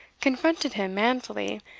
confronted him manfully,